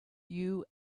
you